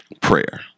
prayer